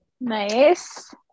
Nice